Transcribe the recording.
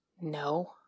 no